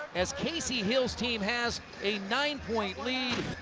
as casey hill's team has a nine-point lead,